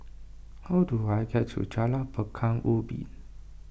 how do I get to Jalan Pekan Ubin